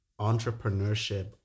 entrepreneurship